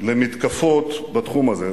למתקפות בתחום הזה,